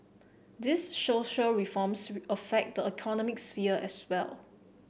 these social reforms affect the economic sphere as well